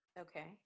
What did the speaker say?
okay